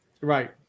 right